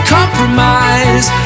compromise